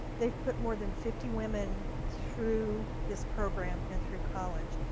they've put more than fifty women through this program and through college.